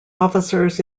officers